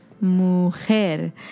Mujer